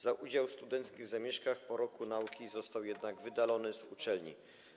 Za udział w studenckich zamieszkach po roku nauki został jednak wydalony z uczelni.